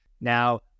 Now